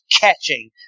catching